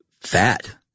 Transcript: fat